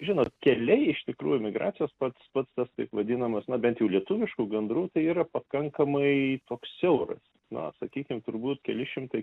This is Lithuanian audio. žinot keliai iš tikrųjų migracijos pats pats tas taip vadinamas na bent jau lietuviškų gandrų tai yra pakankamai toks siauras na sakykim turbūt keli šimtai